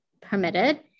permitted